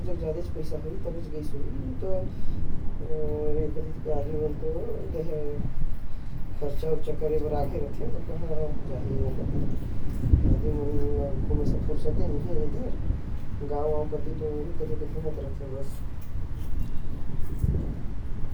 पास पैसा होही वही वहा जा सकत हवे।